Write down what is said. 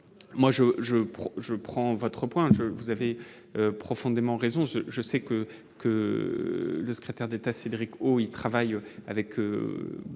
je, je prends votre point que vous avez profondément raison je sais que que le secrétaire d'État, Cédric O travaille avec beaucoup